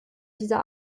dieser